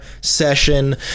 session